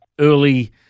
early